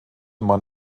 man